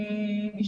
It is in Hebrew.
כמו כן,